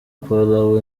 paul